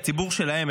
הציבור שלהם,